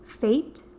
fate